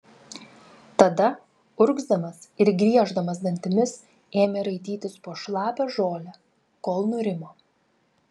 tada urgzdamas ir grieždamas dantimis ėmė raitytis po šlapią žolę kol nurimo